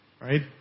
right